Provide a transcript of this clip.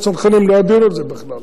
לצנחנים - לא היה דיון על זה בכלל.